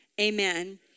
Amen